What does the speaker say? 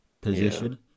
position